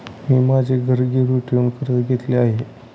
मी माझे घर गिरवी ठेवून कर्ज घेतले आहे